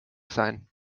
sein